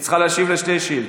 היא צריכה להשיב על שתי שאילתות.